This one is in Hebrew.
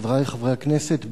חברי חברי הכנסת,